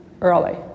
early